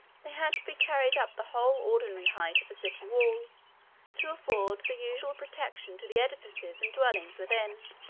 they had to be carried up the whole ordinary height of a city wall to afford the usual protection to the edifices and dwellings within.